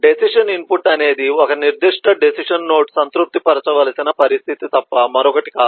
decision input అనేది ఒక నిర్దిష్ట డెసిషన్ నోడ్ సంతృప్తి పరచవలసిన పరిస్థితి తప్ప మరొకటి కాదు